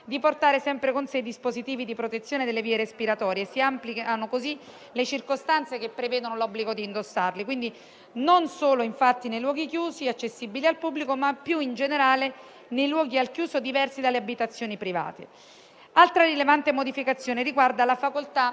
di portare sempre con sé i dispositivi di protezione delle vie respiratorie. Si ampliano così le circostanze che prevedono l'obbligo di indossarli, quindi non solo nei luoghi chiusi accessibili al pubblico, ma più in generale nei luoghi al chiuso diversi dalle abitazioni private. Altra rilevante modificazione riguarda la facoltà